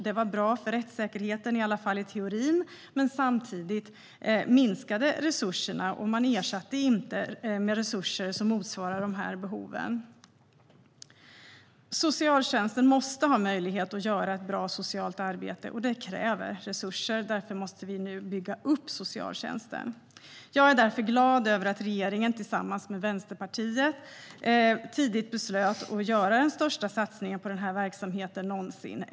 Det var bra för rättssäkerheten, i alla fall i teorin. Men samtidigt minskade resurserna, och man ersatte inte med resurser som motsvarar de här behoven. Socialtjänsten måste ha möjlighet att göra ett bra socialt arbete, och det kräver resurser. Därför måste vi nu bygga upp socialtjänsten. Jag är därför glad över att regeringen tillsammans med Vänsterpartiet tidigt beslöt att göra den största satsningen på den här verksamheten någonsin.